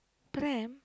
pram